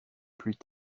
plus